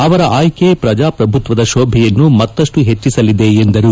ಅವರ ಆಯ್ನೆ ಪ್ರಜಾಪ್ರಭುತ್ವದ ಶೋಭೆಯನ್ನು ಮತ್ತಪ್ಪ ಹೆಚ್ಚಿಸಲಿದೆ ಎಂದರು